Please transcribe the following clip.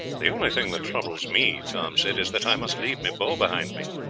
the only thing that troubles me, tom said, is that i must leave my bow behind me.